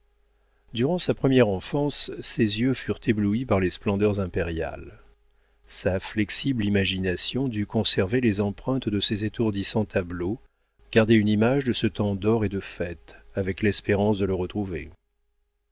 durant sa première enfance ses yeux furent éblouis par les splendeurs impériales sa flexible imagination dut conserver les empreintes de ces étourdissants tableaux garder une image de ce temps d'or et de fêtes avec l'espérance de le retrouver